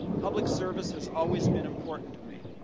public service has always been important to me.